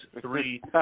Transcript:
three